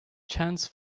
chance